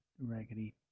raggedy